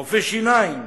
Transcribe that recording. רופאי שיניים,